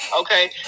okay